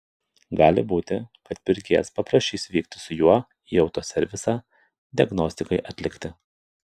gali būti kad pirkėjas paprašys vykti su juo į autoservisą diagnostikai atlikti